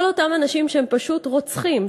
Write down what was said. כל אותם אנשים שהם פשוט רוצחים,